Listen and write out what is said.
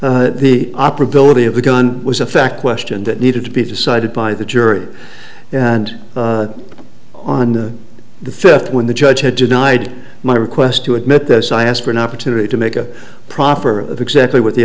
that the operability of the gun was a fact question that needed to be decided by the jury and on the fifth when the judge had denied my request to admit those i asked for an opportunity to make a proper of exactly what the